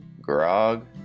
grog